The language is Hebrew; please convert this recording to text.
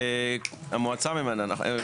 המועצה ממנה, נכון?